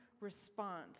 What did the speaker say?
response